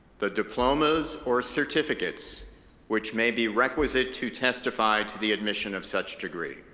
the diplomas or certificates which may be requisite to testify to the admission of such degree.